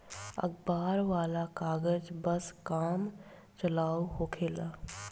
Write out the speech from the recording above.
अखबार वाला कागज बस काम चलाऊ होखेला